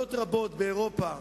במדינות רבות באירופה,